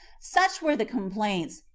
such were the complaints,